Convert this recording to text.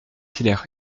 hilaire